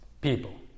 people